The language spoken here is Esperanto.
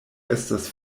estas